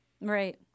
Right